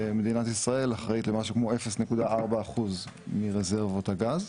מדינת ישראל אחראית למשהו כמו 0.4 אחוז מרזרבות הגז,